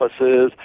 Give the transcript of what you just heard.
offices